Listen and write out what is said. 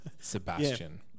Sebastian